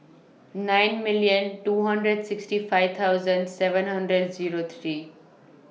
nine million two hundred sixty five thousand seven hundred Zero three